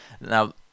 Now